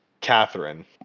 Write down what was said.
Catherine